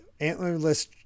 antlerless